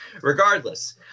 Regardless